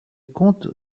compte